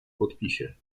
podpisie